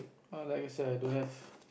err like you said I don't have